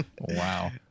Wow